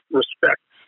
respect